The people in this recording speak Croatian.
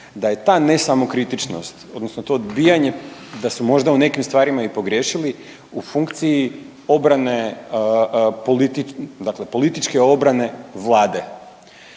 da je ta ne samokritičnost odnosno to odbijanje da su možda u nekim stvarima i pogriješili u funkciji obrane dakle političke obrane vlade